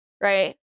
right